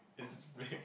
it's big